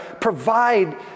provide